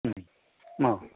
अ